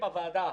אם הוועדה,